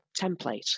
template